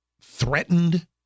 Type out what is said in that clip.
threatened